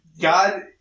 God